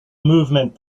movement